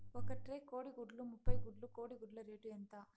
ఒక ట్రే కోడిగుడ్లు ముప్పై గుడ్లు కోడి గుడ్ల రేటు ఎంత?